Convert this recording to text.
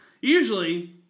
Usually